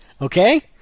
okay